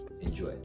Enjoy